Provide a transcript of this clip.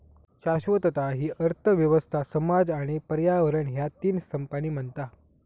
शाश्वतता हि अर्थ व्यवस्था, समाज आणि पर्यावरण ह्या तीन स्तंभांनी बनता